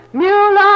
mule